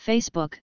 Facebook